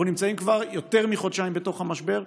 אנחנו נמצאים כבר יותר מחודשיים בתוך המשבר,